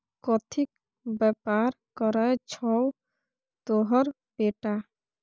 कथीक बेपार करय छौ तोहर बेटा?